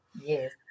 Yes